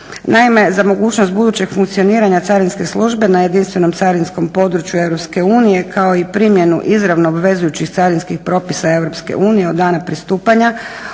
Naime za mogućnost budućeg funkcioniranja carinske službe na jedinstvenom carinskom području EU kao i primjenu izravno obvezujućih carinskih propisa EU od dana pristupanja